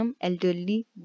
Elderly